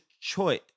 choice